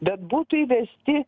bet būtų įvesti